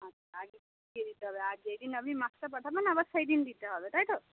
আচ্ছা আগে দিতে হবে আর যেই দিন আপনি মাছটা পাঠাবেন আবার সেই দিন দিতে হবে তাই তো